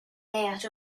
layout